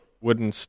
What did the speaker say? Wooden